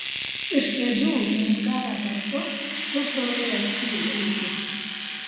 iš pradžių ūkininkavę kartu pusbroliai atskyrė ūkius